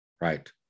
right